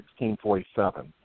1647